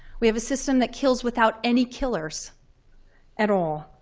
we have a system that kills without any killers at all.